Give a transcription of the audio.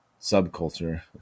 subculture